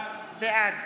בעד